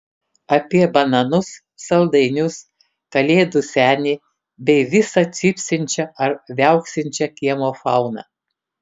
apie bananus saldainius kalėdų senį bei visą cypsinčią ar viauksinčią kiemo fauną